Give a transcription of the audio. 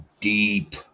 deep